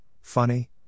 funny